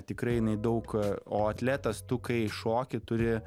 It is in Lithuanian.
tikrai jinai daug o atletas tu kai šoki turi